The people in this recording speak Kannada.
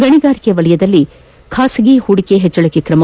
ಗಣಿಗಾರಿಕೆ ವಲಯದಲ್ಲಿ ಖಾಸಗಿ ಹೂಡಿಕೆ ಹೆಚ್ಚಳಕ್ಕೆ ಕ್ರಮ